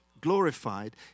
glorified